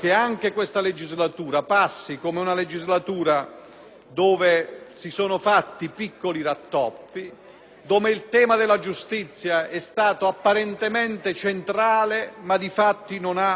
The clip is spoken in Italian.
dove si sono fatti piccoli rattoppi, dove il tema della giustizia è stato apparentemente centrale, ma di fatto non ha prodotto risultati.